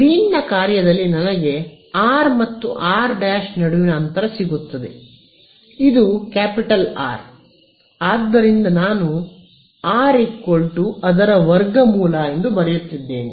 ಗ್ರೀನ್ನ ಕಾರ್ಯದಲ್ಲಿ ನನಗೆ r ಮತ್ತು r 'ನಡುವಿನ ಅಂತರ ಸಿಗುತ್ತದೆ ಆದ್ದರಿಂದ ನಾನು ಆರ್ ಅದರ ವರ್ಗಮೂಲ ಎಂದು ಬರೆಯುತ್ತಿದ್ದೇನೆ